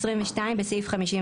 (22) בסעיף 53